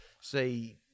say